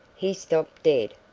he stopped dead,